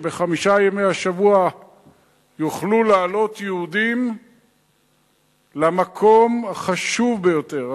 שבחמישה ימי השבוע יוכלו לעלות יהודים למקום החשוב ביותר,